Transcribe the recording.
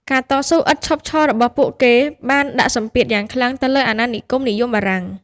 ការតស៊ូឥតឈប់ឈររបស់ពួកគេបានដាក់សម្ពាធយ៉ាងខ្លាំងទៅលើអាណានិគមនិយមបារាំង។